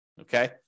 Okay